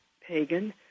pagan